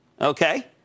okay